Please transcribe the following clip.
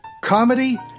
Comedy